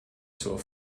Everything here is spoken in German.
zur